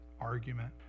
argument